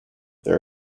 there